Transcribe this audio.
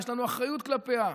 יש לנו אחריות כלפיה,